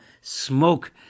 Smoke